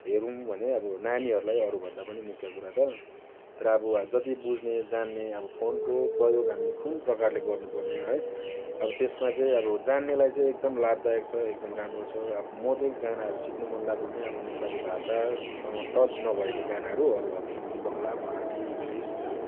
हेरौँ भन्यो अब नानीहरूलाई अरू भन्दा पनि मुख्य कुरा त तर अब जति बुझ्ने जान्ने अब फोनको प्रयोग हामीले कुन प्रकारले गर्नुपर्ने है अब त्यसलाई चाहिँ अब जान्नेलाई चाहिँ एकदम लाभदायक छ एकदम राम्रो छ अब म चाहिँ गानाहरू सिक्नु मनलाग्छ हुने अब नेपाली भाषासँग टच नभएको गानाहरू अरू अब हिन्दी बङ्गला मराठी इङ्लिस